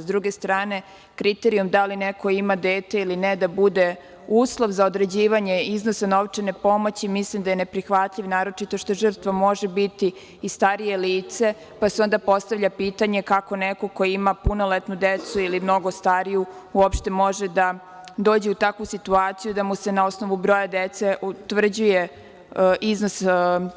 S druge strane, kriterijum da li neko ima dete ili ne da bude uslov za određivanje iznosa novčane pomoći mislim da je neprihvatljiv, naročito što žrtva može biti i starije lice, pa se onda postavlja pitanje kako neko ko ima punoletnu decu ili mnogo stariju uopšte može da dođe u takvu situaciju da mu se na osnovu broja dece utvrđuje iznos